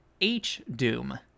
H-Doom